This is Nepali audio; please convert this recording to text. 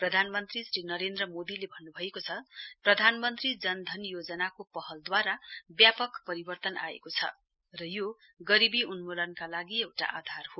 प्रधानमन्त्री श्री नरेन्द्र मोदीले भन्नुभएको छ प्रधानमन्त्री जनधन योजनाको पहलद्वारा व्यापक परिवर्तन आएको छ र यो गरीवी उन्मूलनका लागि एउटा आधार हो